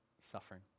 suffering